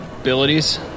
abilities